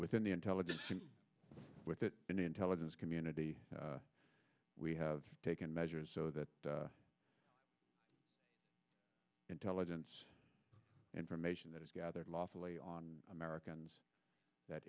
within the intelligence with the intelligence community we have taken measures so that the intelligence information that is gathered lawfully on americans that